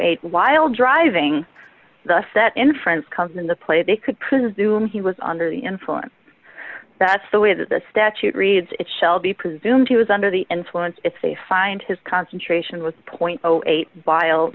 eight while driving the set inference comes into play they could presume he was under the influence that's the way that the statute reads it shall be presumed he was under the influence if they find his concentration was point eight bile